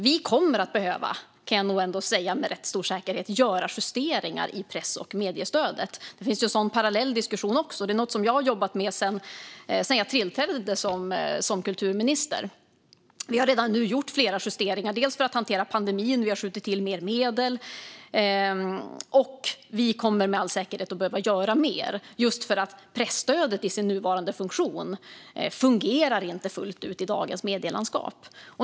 Jag kan nog ändå med rätt stor säkerhet säga att vi kommer att behöva göra justeringar i press och mediestödet. Det finns också en sådan parallell diskussion. Det här är något som jag har jobbat med sedan jag tillträdde som kulturminister. Vi har redan gjort flera justeringar för att hantera pandemin, vi har skjutit till mer medel och vi kommer med all säkerhet att behöva gör mer, just för att presstödet i sin nuvarande form inte fungerar fullt ut i dagens medielandskap.